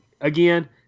again